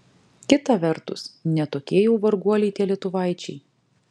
kita vertus ne tokie jau varguoliai tie lietuvaičiai